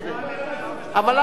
אבל למה לך לומר עכשיו?